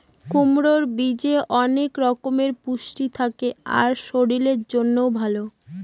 কুমড়োর বীজে অনেক রকমের পুষ্টি থাকে আর শরীরের জন্যও ভালো